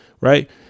Right